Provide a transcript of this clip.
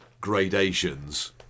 gradations